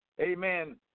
Amen